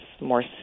more